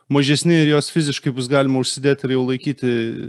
mažesni ir juos fiziškai bus galima užsidėt ir jau laikyti